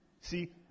See